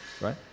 right